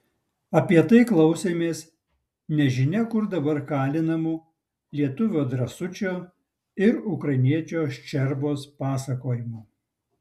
apie tai klausėmės nežinia kur dabar kalinamų lietuvio drąsučio ir ukrainiečio ščerbos pasakojimų